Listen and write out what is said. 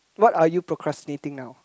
what are you procrastinating now